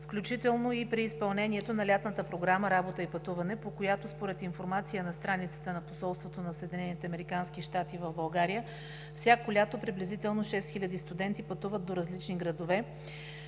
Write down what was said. включително и при изпълнението на Лятната програма „Работа и пътуване“, по която, според информация на страницата на посолството на САЩ в България, всяко лято приблизително 6000 студенти пътуват до различни градове